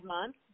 month